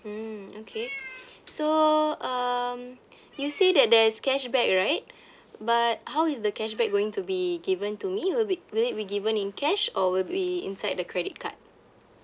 mm okay so um you say that there's cashback right but how is the cashback going to be given to me will be will it be given in cash or will be inside the credit card